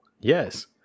Yes